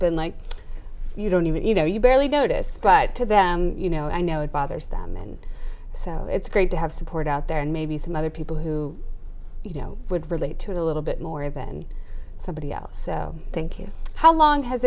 been like you don't even you know you barely notice but you know i know it bothers them and so it's great to have support out there and maybe some other people who you know would relate to it a little bit more of than somebody else thank you how long has